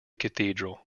cathedral